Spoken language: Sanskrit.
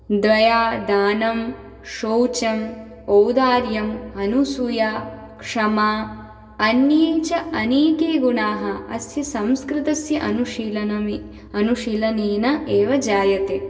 दया दानं शौचं औदार्यम् अनुसूया क्षमा अन्ये च अनेके गुणाः अस्य संस्कृतस्य अनुशीलनम् अनुशीलनेन एव जायते